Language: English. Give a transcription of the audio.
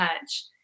touch